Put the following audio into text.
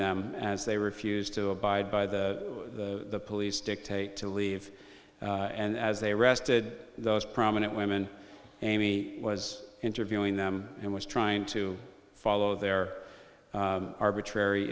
them as they refused to abide by the police dictate to leave and as they arrested those prominent women amy was interviewing them and was trying to follow their arbitrary